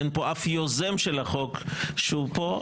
אין פה אף יוזם של החוק שהוא פה.